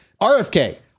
RFK